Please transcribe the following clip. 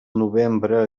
novembre